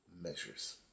Measures